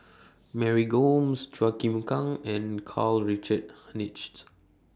Mary Gomes Chua Chim Kang and Karl Richard Hanitsch